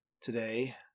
today